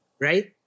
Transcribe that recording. right